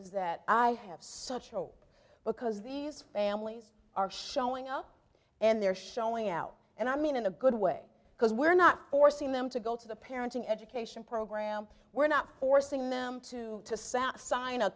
that i have such hope because these families are showing up and they're showing out and i mean in a good way because we're not forcing them to go to the parenting education program we're not forcing them to to s